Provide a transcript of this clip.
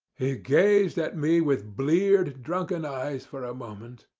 he gazed at me with bleared, drunken eyes for ah moment,